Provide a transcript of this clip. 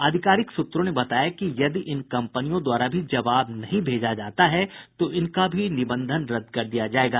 आधिकारिक सूत्रों ने बताया कि यदि इन कम्पनियों द्वारा भी जवाब नहीं भेजा जाता है तो इनका भी निबंधन रद्द कर दिया जायेगा